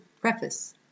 preface